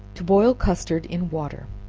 to boil custard in water.